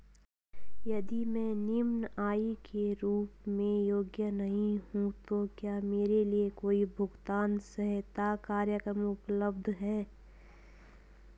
यदि मैं निम्न आय के रूप में योग्य नहीं हूँ तो क्या मेरे लिए कोई भुगतान सहायता कार्यक्रम उपलब्ध है?